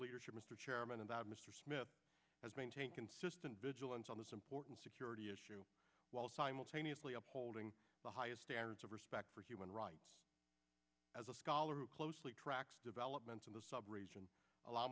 leadership mr chairman and that mr smith has maintained consistent vigilance on this important security issue while simultaneously upholding the highest standards of respect for human rights as a scholar who closely tracks developments in the sub